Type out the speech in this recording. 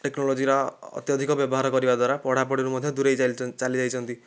ଟେକ୍ନୋଲୋଜିର ଅତ୍ୟଧିକ ବ୍ୟବହାର କରିବା ଦ୍ୱାରା ପଢ଼ା ପଢ଼ିରୁ ମଧ୍ୟ ଦୁରାଇ ଚାଲିଯାଇଛନ୍ତି